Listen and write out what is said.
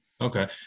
Okay